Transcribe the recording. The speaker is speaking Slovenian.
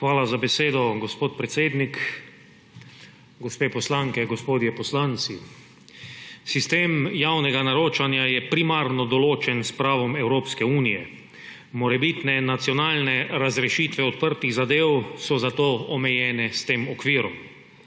Hvala za besedo, gospod predsednik. Gospe poslanke, gospodje poslanci! Sistem javnega naročanja je primarno določen s pravom Evropske unije. Morebitne nacionalne razrešitve odprtih zadev so zato omejene s tem okvirom.